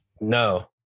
no